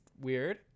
weird